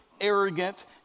arrogant